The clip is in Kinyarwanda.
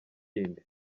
yindi